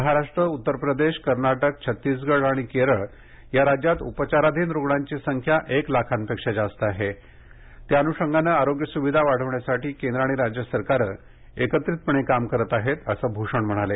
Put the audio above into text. महाराष्ट्र उत्तर प्रदेश कर्नाटक छत्तीसगड आणि केरळ या राज्यात उपचाराधीन रुग्णांची संख्या एक लाखापेक्षा जास्त आहे त्या अनुषंगानं आरोग्य सुविधा वाढवण्यासाठी केंद्र आणि राज्य सरकारं एकत्रितपणे काम करत आहेत असं भूषण म्हणाले